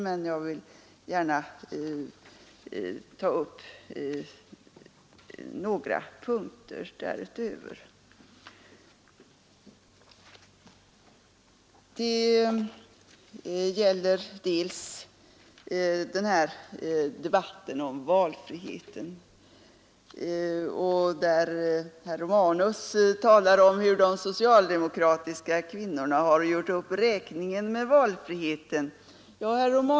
Det gäller debatten om valfriheten, där herr Romanus talar om hur de socialdemokratiska kvinnorna har gjort upp räkningen med valfriheten.